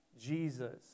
Jesus